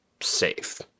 safe